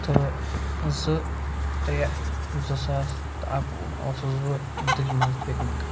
تہٕ زٕ ترٛےٚ زٕ ساس تہٕ اکوُہ اوسُس بہٕ دِلہِ منٛز پِکنِک